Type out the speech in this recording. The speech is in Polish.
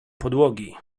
podłogi